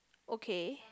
okay